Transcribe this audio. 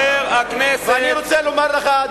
ואני רוצה לומר לך,